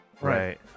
Right